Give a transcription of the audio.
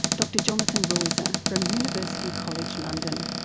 dr jonathan roiser from university college london.